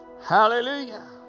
Hallelujah